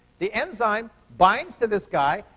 the enzyme binds to this guy,